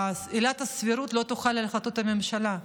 שעילת הסבירות לא תוחל על החלטות הממשלה?